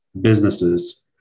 businesses